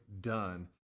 done